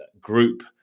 group